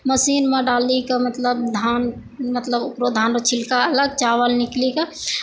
मशीनमे डाली कऽ धान मतलब धान मतलब धान छिलका अलग चावल निकलि कऽ